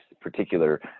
particular